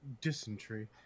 dysentery